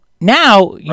now